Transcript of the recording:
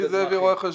בבקשה.